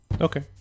Okay